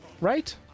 Right